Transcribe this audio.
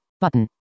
Button